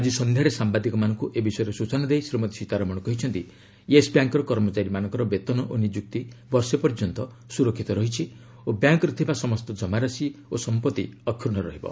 ଆକି ସନ୍ଧ୍ୟାରେ ସାମ୍ବାଦିକମାନଙ୍କୁ ଏ ବିଷୟରେ ସୂଚନା ଦେଇ ଶ୍ରୀମତୀ ସୀତାରମଣ କହିଛନ୍ତି ୟେସ୍ ବ୍ୟାଙ୍କ୍ର କର୍ମଚାରୀମାନଙ୍କର ବେତନ ଓ ନିଯୁକ୍ତି ବର୍ଷେ ପର୍ଯ୍ୟନ୍ତ ସୁରକ୍ଷିତ ରହିଛି ଓ ବ୍ୟାଙ୍କ୍ରେ ଥିବା ସମସ୍ତ ଜମାରାଶି ଓ ସମ୍ପଭି ଅକ୍ଷୁର୍ଶ୍ଣ ରହିବ